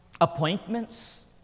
appointments